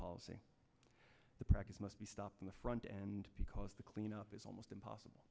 policy the practice must be stopped on the front end because the clean up is almost impossible